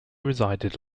resided